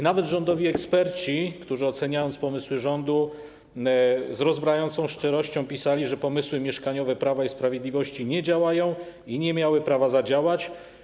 Nawet rządowi eksperci, oceniając pomysły rządu, z rozbrajającą szczerością pisali, że pomysły mieszkaniowe Prawa i Sprawiedliwości nie działają i nie miały prawa zadziałać.